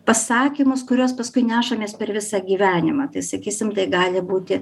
pasakymus kuriuos paskui nešamės per visą gyvenimą tai sakysim tai gali būti